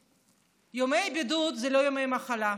ימי בידוד זה לא ימי מחלה.